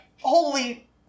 holy